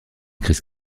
crise